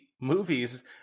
movies